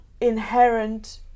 Inherent